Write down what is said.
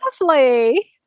lovely